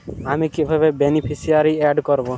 আমি কিভাবে beneficiary add করব?